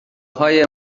های